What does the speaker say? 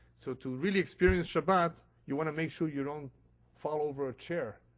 so to really experience shabbat, you want to make sure you don't fall over a chair.